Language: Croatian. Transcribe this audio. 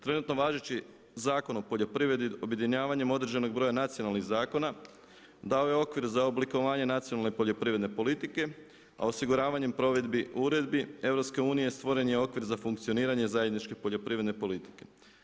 Trenutno važeći Zakon o poljoprivredi objedinjavanjem određenog broja nacionalnih zakona dao je okvir za oblikovanje nacionalne poljoprivredne politike a osiguravanjem provedbi uredbi EU stvoren je okvir za funkcioniranje zajedničke poljoprivredne politike.